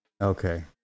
Okay